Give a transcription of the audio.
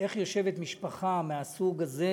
איך יושבת משפחה מהסוג הזה,